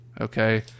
okay